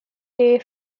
day